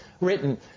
written